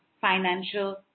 financial